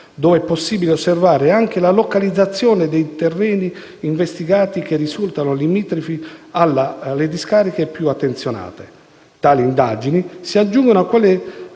dove è possibile osservare anche la localizzazione dei terreni investigati, che risultano limitrofi alle discariche più attenzionate. Tali indagini si aggiungono a quelle